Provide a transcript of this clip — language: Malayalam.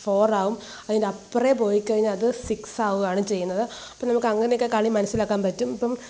ഫോർ ആവും അതിൻ്റെ അപ്പറേ പോയിക്കഴിഞ്ഞാല് അത് സിക്സ് ആവുവാണ് ചെയ്യുന്നത് അപ്പോള് നമുക്ക് അങ്ങനെയൊക്കെ കളി മനസ്സിലാക്കാൻ പറ്റും ഇപ്പോള്